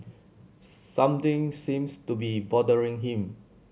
something seems to be bothering him